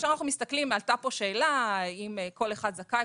עלתה פה שאלה אם כל אחד זכאי,